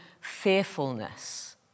fearfulness